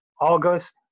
August